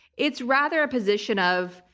it's rather a position of,